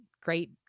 great